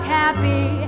happy